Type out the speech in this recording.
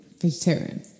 vegetarian